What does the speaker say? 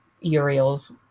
uriel's